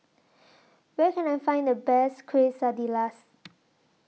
Where Can I Find The Best Quesadillas